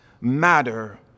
matter